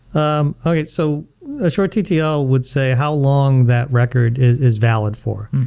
um so a short ttl would say how long that record is valid for.